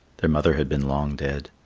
their mother had been long dead.